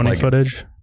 footage